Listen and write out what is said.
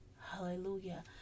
Hallelujah